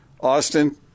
Austin